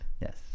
Yes